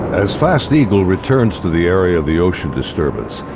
as fast eagle returns to the area of the ocean disturbance,